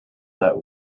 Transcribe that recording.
that